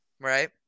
right